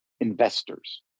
investors